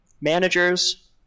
managers